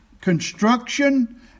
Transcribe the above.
construction